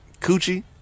coochie